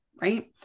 Right